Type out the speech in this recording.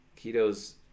keto's